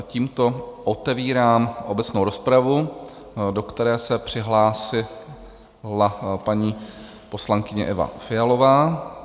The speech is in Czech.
Tímto otevírám obecnou rozpravu, do které se přihlásila paní poslankyně Eva Fialová.